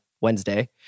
Wednesday